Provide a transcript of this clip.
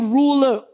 ruler